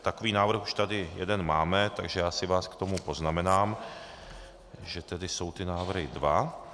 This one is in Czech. Takový návrh už tady jeden máme, takže si vás k tomu poznamenám, že jsou ty návrhy dva.